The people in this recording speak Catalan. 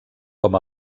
com